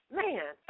man